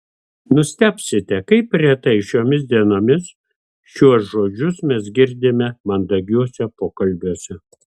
nustebsite kaip retai šiomis dienomis šiuos žodžius mes girdime mandagiuose pokalbiuose